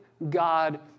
God